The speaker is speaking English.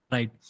Right